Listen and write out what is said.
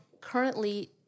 currently –